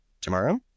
tomorrow